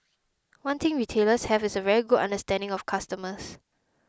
one thing retailers have is a very good understanding of customers